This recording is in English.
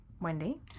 Wendy